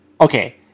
Okay